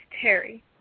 Terry